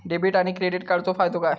Debit आणि credit कार्डचो फायदो काय?